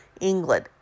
England